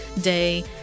day